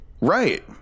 Right